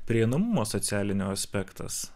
prieinamumo socialinio aspektas